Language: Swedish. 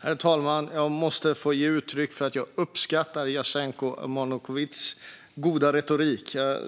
Herr talman! Jag måste få ge uttryck för att jag uppskattar Jasenko Omanovics goda retorik. Jag